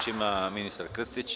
Reč ima ministar Krstić.